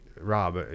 Rob